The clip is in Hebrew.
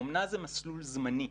אומנה זה מסלול זמני.